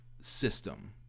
system